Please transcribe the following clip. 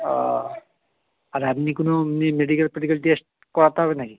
ও আর আপনি কোনো মেডিকেল ফেডিকেল টেস্ট করাতে হবে নাকি